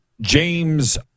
James